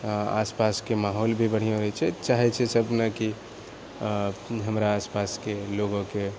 आओर आसपासके माहौल भी बढ़िआँ रहै छै चाहै छै सबने कि हमरा आसपासके लोकोके